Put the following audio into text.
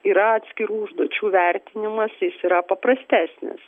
yra atskirų užduočių vertinimas jis yra paprastesnis